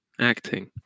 acting